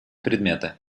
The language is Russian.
предметы